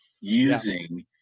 Using